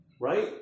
right